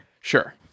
Sure